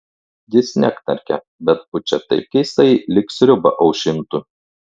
jis neknarkia bet pučia taip keistai lyg sriubą aušintų